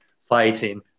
fighting